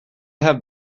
have